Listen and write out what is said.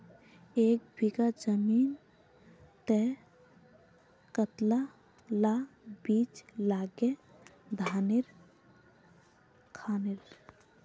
एक बीघा जमीन तय कतला ला बीज लागे धानेर खानेर?